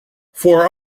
for